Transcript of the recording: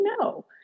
no